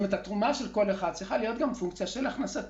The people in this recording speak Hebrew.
והתרומה של כל אחד צריכה להיות פונקציה של הכנסתו.